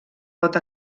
pot